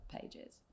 pages